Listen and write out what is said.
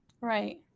Right